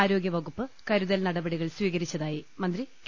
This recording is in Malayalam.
ആരോഗ്യവകുപ്പ് കരുതൽ നടപടികൾ സ്പീകരിച്ചതായി മന്ത്രി കെ